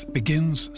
begins